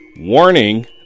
Warning